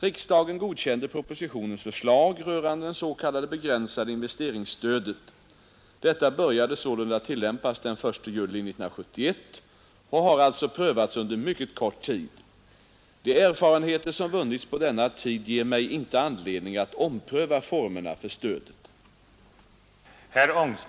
Riksdagen godkände propositionens förslag rörande det s.k. begränsade investeringsstödet. Detta började sålunda tillämpas den 1 juli 1971 och har alltså prövats under mycket kort tid. De erfarenheter som vunnits på denna tid ger mig inte anledning att ompröva formerna för stödet.